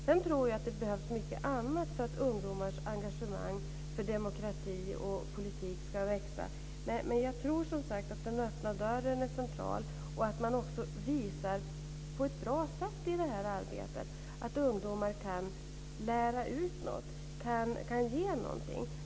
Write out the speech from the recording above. Sedan tror jag att det behövs mycket annat för att ungdomars engagemang för demokrati och politik ska växa. Men jag tror, som sagt, att den öppna dörren är central. Man visar på ett bra sätt i detta arbete att ungdomar kan lära ut något och ge någonting.